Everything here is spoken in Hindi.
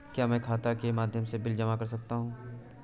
क्या मैं खाता के माध्यम से बिल जमा कर सकता हूँ?